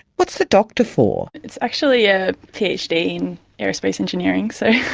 what's the doctor for? it's actually a phd in aerospace engineering. so